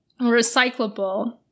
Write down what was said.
recyclable